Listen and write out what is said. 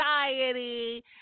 anxiety